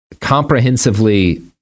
comprehensively